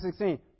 16